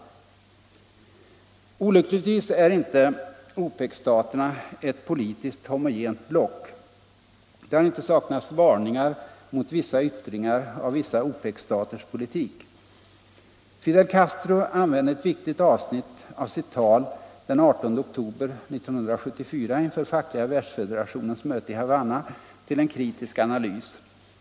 Olyckligtvis är inte OPEC-staterna ett politiskt homogent block. Det har inte saknats varningar mot vissa yttringar av vissa OPEC-staters politik. Fidel Castro använde ett viktigt avsnitt av sitt tal den 18 oktober 1974 inför Fackliga världsfederationens möte i Havanna till en kritisk analys.